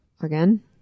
again